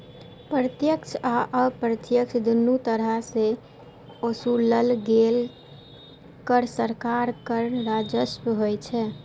प्रत्यक्ष आ अप्रत्यक्ष, दुनू तरह सं ओसूलल गेल कर सरकार के कर राजस्व होइ छै